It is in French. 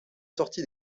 sorti